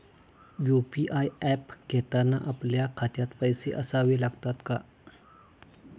UPI app घेताना आपल्या खात्यात पैसे असावे लागतात का?